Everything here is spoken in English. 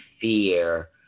fear